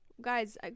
guys